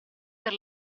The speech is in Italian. per